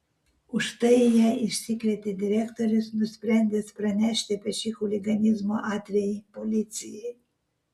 už tai ją išsikvietė direktorius nusprendęs pranešti apie šį chuliganizmo atvejį policijai